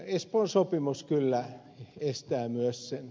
espoon sopimus kyllä estää myös sen